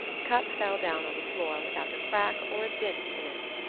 the cup fell down on the floor without a crack or a dint in it.